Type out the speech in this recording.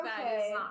Okay